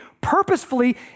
purposefully